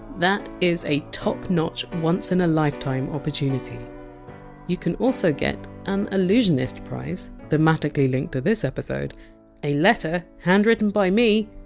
that is a top notch once in a lifetime opportunity you can also get an allusionist prize, thematically linked to this episode a letter, handwritten by me,